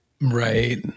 Right